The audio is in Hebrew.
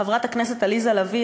חברת הכנסת עליזה לביא,